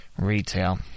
Retail